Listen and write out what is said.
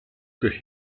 the